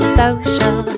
social